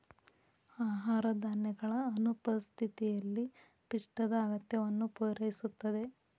ಆಹಾರ ಧಾನ್ಯಗಳ ಅನುಪಸ್ಥಿತಿಯಲ್ಲಿ ಪಿಷ್ಟದ ಅಗತ್ಯವನ್ನು ಪೂರೈಸುತ್ತದೆ